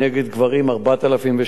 4,013,